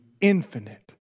infinite